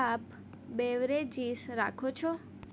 આપ બેવરેજીસ રાખો છો